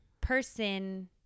person